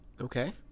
Okay